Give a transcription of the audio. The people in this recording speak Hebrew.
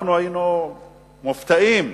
היינו מופתעים,